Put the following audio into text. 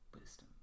wisdom